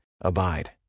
Abide